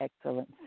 excellence